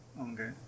Okay